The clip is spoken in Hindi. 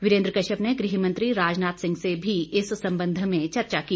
वीरेन्द्र कश्यप ने गृह मंत्री राजनाथ सिंह से भी इस संबंध में चर्चा की